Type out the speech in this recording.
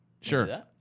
Sure